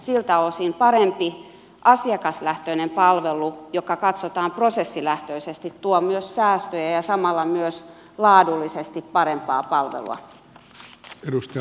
siltä osin parempi asiakaslähtöinen palvelu joka katsotaan prosessilähtöisesti tuo myös säästöjä ja samalla myös laadullisesti parempaa palvelua